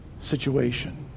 situation